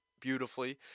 beautifully